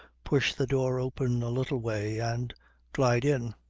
push the door open a little way and glide in.